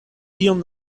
tiun